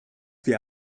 wir